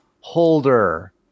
holder